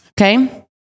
Okay